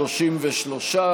33,